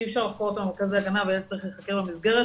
שאי אפשר לחקור אותם במרכזי הגנה והילד צריך להיחקר במסגרת,